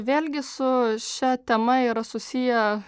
vėlgi su šia tema yra susiję